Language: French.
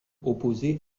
opposés